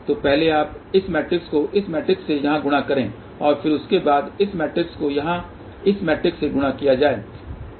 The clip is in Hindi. तो पहले आप इस मैट्रिक्स को इस मैट्रिक्स से यहाँ गुणा करें और फिर उसके बाद इस मैट्रिक्स को यहाँ इस मैट्रिक्स से गुणा किया जाए